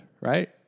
right